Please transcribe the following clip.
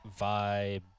vibe